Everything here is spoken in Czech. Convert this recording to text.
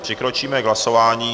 Přikročíme k hlasování.